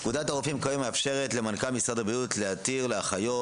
פקודת הרופאים כיום מאפשרת למנכ"ל משרד הבריאות להתיר לאחיות